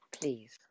please